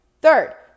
Third